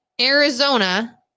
Arizona